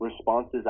responses